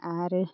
आरो